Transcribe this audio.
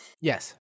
Yes